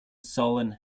sullen